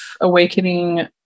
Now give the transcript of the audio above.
awakening